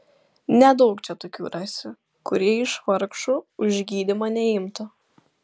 nedaug čia tokių rasi kurie iš vargšų už gydymą neimtų